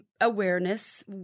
awareness